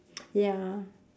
ya